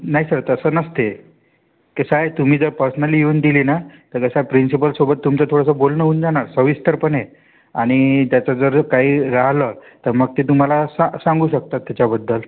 नाही सर तसं नसते कसं आहे तुम्ही जर पर्सनली येऊन दिली ना तर कसा प्रिन्सिपॉलसोबत तुमचं थोडंसं बोलणं होऊन जाणार सविस्तरपणे आणि त्याचं जर काही राहलं तर मग ते तुम्हाला सा सांगू शकतात त्याच्याबद्दल